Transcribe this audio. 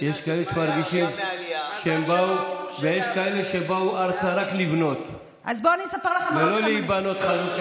ויש כאלה שבאו ארצה רק לבנות, ולא להיבנות.